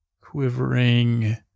Quivering